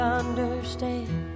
understand